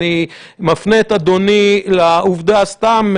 אני מפנה את אדוני לעובדה סתם,